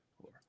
four